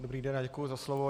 Dobrý den a děkuji za slovo.